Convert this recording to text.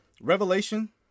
Revelation